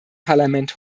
parlament